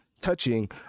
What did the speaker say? touching